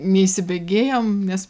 neįsibėgėjom nes